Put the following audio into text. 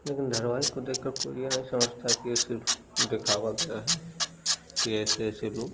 लेकिन धरवाहिक को देखकर कोई यह नहीं समझता कि यह सिर्फ दिखावा गया है कि ऐसे ऐसे लोग